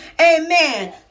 Amen